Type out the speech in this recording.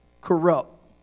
corrupt